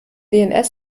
dns